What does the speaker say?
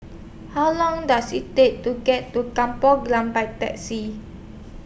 How Long Does IT Take to get to Kampung Glam By Taxi